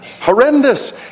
horrendous